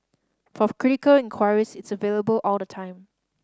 for critical inquiries it's available all the time